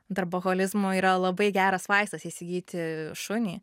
darboholizmu yra labai geras vaistas įsigyti šunį